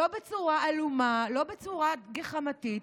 לא בצורה עלומה, לא בצורת גחמנית,